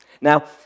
Now